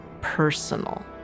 personal